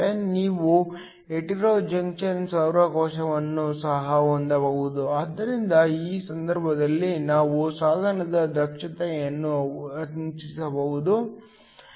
ನೀವು hetero junction ಸೌರ ಕೋಶವನ್ನು ಸಹ ಹೊಂದಬಹುದು ಆದ್ದರಿಂದ ಈ ಸಂದರ್ಭದಲ್ಲಿ ನೀವು ಸಾಧನದ ದಕ್ಷತೆಯನ್ನು ಹೆಚ್ಚಿಸಬಹುದು